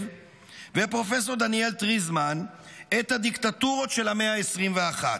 ופרופ' דניאל טריזמן את הדיקטטורות של המאה ה-21.